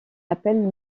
appelle